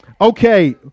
Okay